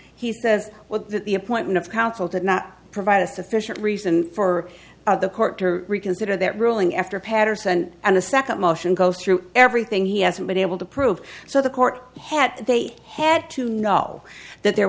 that the appointment of counsel did not provide a sufficient reason for the court to reconsider that ruling after paterson and a second motion go through everything he hasn't been able to prove so the court had they had to know that there